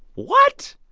what?